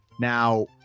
Now